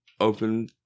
Open